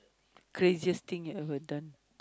craziest thing you've ever done